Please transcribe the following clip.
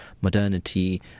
modernity